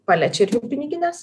palečių ir jų pinigines